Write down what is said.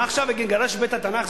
מה עכשיו, נגרש את בית-התנ"ך?